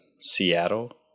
Seattle